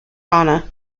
fauna